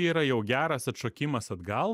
yra jau geras atšokimas atgal